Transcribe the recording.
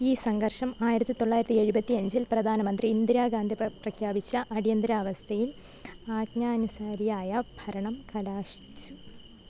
ഈ സംഘർഷം ആയിരത്തി തൊള്ളായിരത്തി എഴുപത്തി അഞ്ചിൽ പ്രധാനമന്ത്രി ഇന്ദിരാഗാന്ധി പ്ര പ്രഖ്യാപിച്ച അടിയന്തരാവസ്ഥയിൽ ആജ്ഞാനുസാരിയായ ഭരണം കലാശിച്ചു